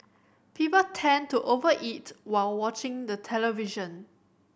people tend to over eat while watching the television